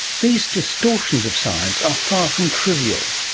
these distortions of science are far from trivial.